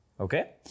Okay